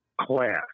class